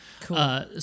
Cool